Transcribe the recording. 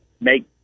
make